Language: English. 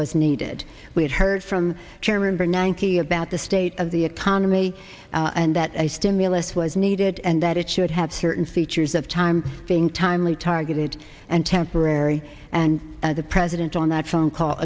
was needed we had heard from remember nanki about the state of the autonomy and that a stimulus was needed and that it should have certain features of time being timely targeted and temporary and the president on that phone call